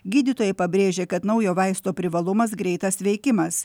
gydytojai pabrėžia kad naujo vaisto privalumas greitas veikimas